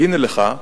והנה לך,